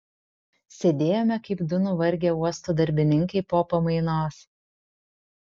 sėdėjome kaip du nuvargę uosto darbininkai po pamainos